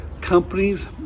companies